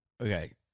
Okay